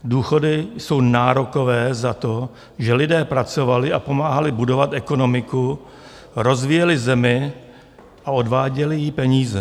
Důchody jsou nárokové za to, že lidé pracovali a pomáhali budovat ekonomiku, rozvíjeli zemi a odváděli jí peníze.